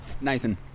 Nathan